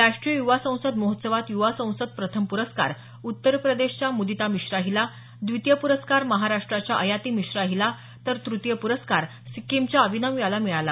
राष्ट्रीय युवा संसद महोत्सवात युवा संसद प्रथम प्रस्कार उत्तर प्रदेशच्या मुदीता मिश्रा हीला द्वितीय प्रस्कार महाराष्ट्राच्या अयाती मिश्रा हीला तर तृतीय पुरस्कार सिक्कीमच्या अविनम याला मिळाला